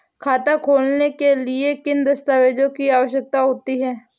खाता खोलने के लिए किन दस्तावेजों की आवश्यकता होती है?